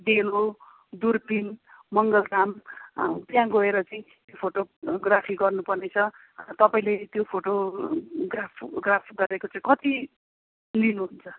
डेलो दुर्बिन मङ्गलधाम त्यहाँ गएर चाहिँ फोटोग्राफी गर्नुपर्ने छ तपाईँले त्यो फोटोग्राफ ग्राफ गरेको चाहिँ कति लिनुहुन्छ